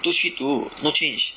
two three two no change